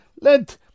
Let